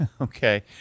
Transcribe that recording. Okay